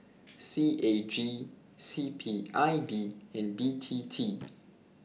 C A G C P I B and B T T